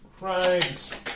Right